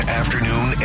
afternoon